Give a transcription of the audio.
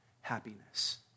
happiness